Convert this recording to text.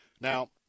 Now